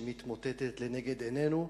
שמתמוטטת לנגד עינינו.